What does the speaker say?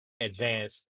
advanced